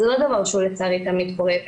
זה לא דבר שלצערי תמיד קורה.